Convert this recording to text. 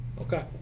Okay